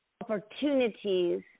opportunities